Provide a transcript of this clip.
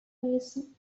reason